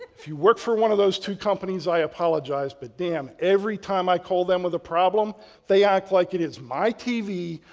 if you work for one of those two companies i apologize but damn, every time i call them with the problem they act like it is my tv,